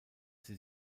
sie